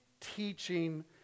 teaching